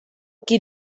qui